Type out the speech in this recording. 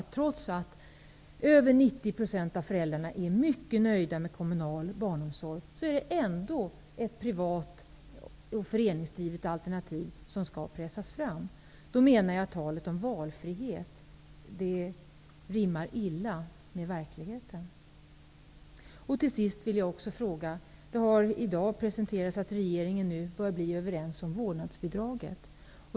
Trots att över 90 % av föräldrarna är mycket nöjda med kommunal barnomsorg skall ett privat, föreningsdrivet alternativ pressas fram. Då menar jag att talet om valfrihet rimmar illa med verkligheten. Det har i dag presenterats att regeringen börjar bli överens om vårdnadsbidraget.